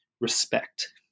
respect